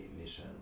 mission